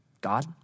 God